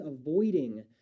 avoiding